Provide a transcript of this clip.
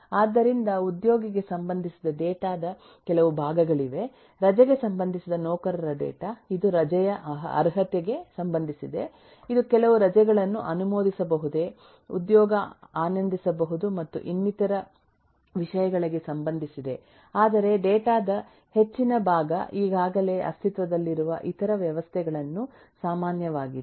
ಆದ್ದರಿಂದ ಉದ್ಯೋಗಿಗೆ ಸಂಬಂಧಿಸಿದ ಡೇಟಾ ದ ಕೆಲವು ಭಾಗಗಳಿವೆ ರಜೆಗೆ ಸಂಬಂಧಿಸಿದ ನೌಕರರ ಡೇಟಾ ಇದು ರಜೆಯ ಅರ್ಹತೆಗೆ ಸಂಬಂಧಿಸಿದೆ ಇದು ಕೆಲವು ರಜೆಗಳನ್ನು ಅನುಮೋದಿಸಬಹುದೇ ಉದ್ಯೋಗಿ ಆನಂದಿಸಬಹುದು ಮತ್ತು ಇನ್ನಿತರ ವಿಷಯಗಳಿಗೆ ಸಂಬಂಧಿಸಿದೆ ಆದರೆ ಡೇಟಾ ದ ಹೆಚ್ಚಿನ ಭಾಗ ಈಗಾಗಲೇ ಅಸ್ತಿತ್ವದಲ್ಲಿರುವ ಇತರ ವ್ಯವಸ್ಥೆಗಳಲ್ಲಿ ಸಾಮಾನ್ಯವಾಗಿದೆ